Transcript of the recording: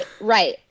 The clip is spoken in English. right